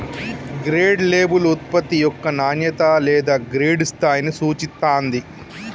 grade label ఉత్పత్తి యొక్క నాణ్యత లేదా గ్రేడ్ స్థాయిని సూచిత్తాంది